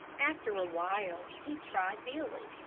after a while he tried billy,